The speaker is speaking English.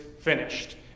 finished